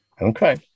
Okay